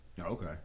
Okay